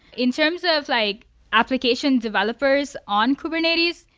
in terms of like application developers on kubernetes,